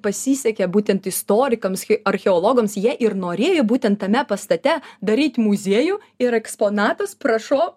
pasisekė būtent istorikams archeologams jie ir norėjo būtent tame pastate daryt muziejų ir eksponatas prašo